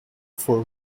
for